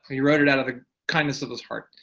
he wrote it out of the kindness of his heart.